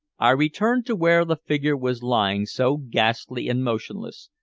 i returned to where the figure was lying so ghastly and motionless,